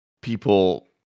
people